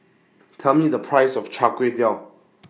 Tell Me The Price of Chai Kway Tow